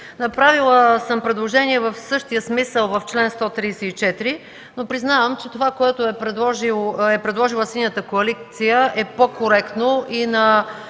Направила съм предложение в същия смисъл по чл. 134, но признавам, че това, което е предложила Синята коалиция, е по-коректно и е